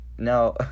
now